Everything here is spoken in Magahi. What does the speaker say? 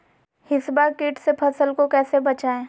हिसबा किट से फसल को कैसे बचाए?